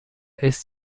ist